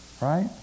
right